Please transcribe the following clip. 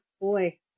boy